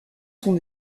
sont